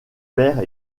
père